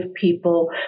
people